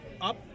up